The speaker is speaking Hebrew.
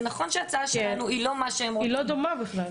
זה נכון שההצעה שלנו היא לא מה שהם רוצים --- היא לא דומה בכלל.